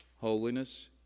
Holiness